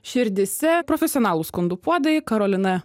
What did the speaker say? širdyse profesionalūs skundų puodai karolina